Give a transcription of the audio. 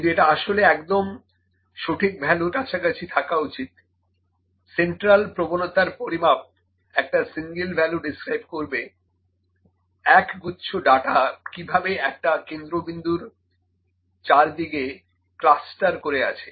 কিন্তু এটা আসলে একদম সঠিক ভ্যালুর কাছাকাছি থাকা উচিত সেন্ট্রাল প্রবণতার পরিমাপ একটা সিঙ্গেল ভ্যালু ডেস্ক্রাইব করবে এক গুচ্ছ ডাটা কিভাবে একটা কেন্দ্রবিন্দুর চারদিকে ক্লাস্টার করে আছে